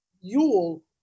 Yule